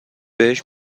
بهش